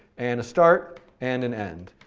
and a start and an end.